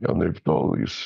anaiptol jis